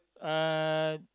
uh